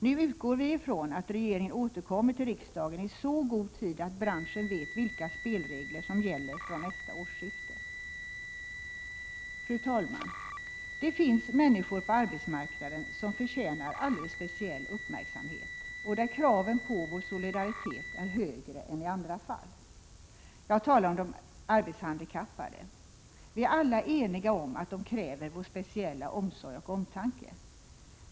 Nu utgår vi ifrån att regeringen återkommer till riksdagen i så god tid att branschen vet vilka spelregler som gäller från nästa årsskifte. Fru talman! Det finns människor på arbetsmarknaden som förtjänar alldeles speciell uppmärksamhet och beträffande vilka kraven på vår solidaritet är högre än i andra fall. Jag talar om de arbetshandikappade. Vi är alla eniga om att de kräver vår speciella omsorg och omtanke.